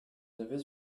avez